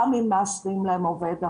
גם אם מאשרים להם עובד אחר,